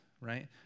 right